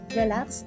relax